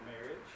marriage